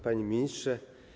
Panie Ministrze!